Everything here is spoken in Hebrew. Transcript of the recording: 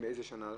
מאיזו שנה זה?